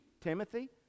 Timothy